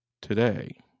today